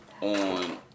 on